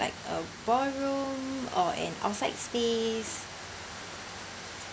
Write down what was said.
like a ballroom or an outside space